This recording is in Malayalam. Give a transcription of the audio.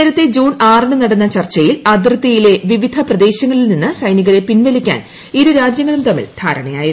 നേരത്തെ ജൂൺ ആറിന് നടന്ന ചർച്ചയിൽ അതിർത്തിയിലെ വിവിധ പ്രദേശങ്ങളിൽ നിന്ന് സൈനികരെ പിൻവലിക്കാൻ ഇരുരാജ്യങ്ങളും തമ്മിൽ ധാരണയായിരുന്നു